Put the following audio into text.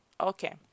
Okay